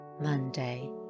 Monday